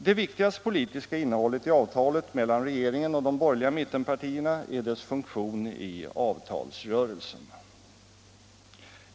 Det viktigaste politiska innehållet i avtalet mellan regeringen och de borgerliga mittenpartierna är dess funktion i avtalsrörelsen.